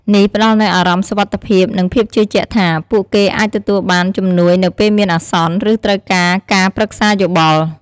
នេះផ្តល់នូវអារម្មណ៍សុវត្ថិភាព និងភាពជឿជាក់ថា ពួកគេអាចទទួលបានជំនួយនៅពេលមានអាសន្ន ឬត្រូវការការប្រឹក្សាយោបល់។